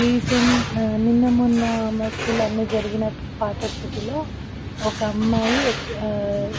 రీసెం నిన్న మొన్న మా స్కూల్లో అన్ని జరిగిన పాట పోటీలో ఒక అమ్మాయి